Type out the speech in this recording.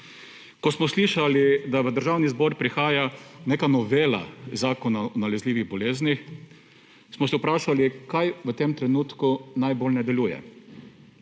Ko smo slišali, da v Državni zbor prihaja neka novela Zakona o nalezljivih boleznih, smo se vprašali, kaj v tem trenutku najbolj ne deluje.